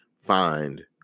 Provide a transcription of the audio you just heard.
find